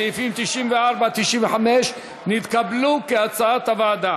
סעיפים 94 95 נתקבלו, כהצעת הוועדה.